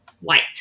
white